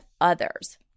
others